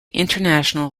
international